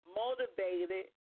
motivated